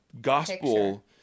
gospel